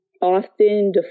often